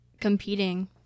competing